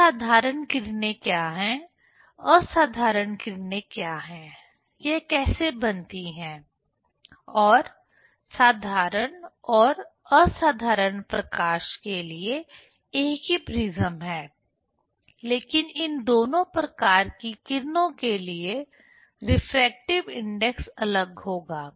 तो साधारण किरणें क्या है असाधारण किरणें क्या हैं यह कैसे बनती है और साधारण और असाधारण प्रकाश के लिए यह एक ही प्रिज्म है लेकिन इन दोनों प्रकार की किरणों के लिए रिफ्रैक्टिव इंडेक्स अलग होगा